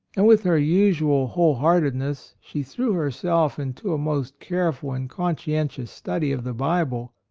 and with her usual whole heartedness she threw herself into a most careful and conscientious study of the bible,